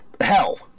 hell